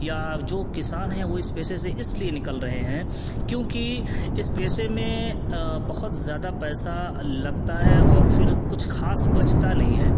یا جو کسان ہیں وہ اس پیشے اس لیے نکل رہے ہیں کیونکہ سا پیشے میں بہت زیادہ پیسہ لگتا ہے اور پھر کچھ خاص بچتا نہیں ہے